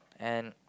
and